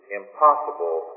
impossible